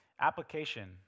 Application